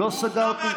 לא הפרעתי לך.